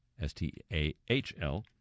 S-T-A-H-L